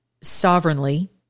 sovereignly